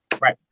Right